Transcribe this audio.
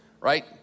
right